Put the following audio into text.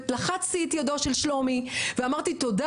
לחצתי את ידו של שלומי ואמרתי: תודה